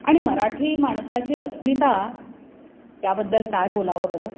आणि मराठी माणसाची अस्मिता त्याबद्दल काय बोलावं बरं